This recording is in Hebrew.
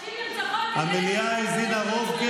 המליאה האזינה, לא,